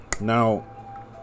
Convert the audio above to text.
now